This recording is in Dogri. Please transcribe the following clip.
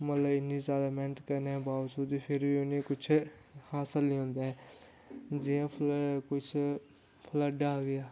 मतलब इ'न्नी जादे मैह्नत करने दे बावजूद बी फिर बी उ'नें कुछ हासिल निं होंदा ऐ जि'यां कुछ फ्लड आ गेआ